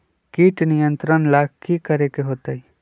किट नियंत्रण ला कि करे के होतइ?